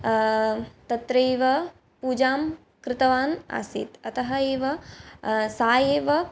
तत्रैव पूजां कृतवान् आसीत् अतः एव सा एव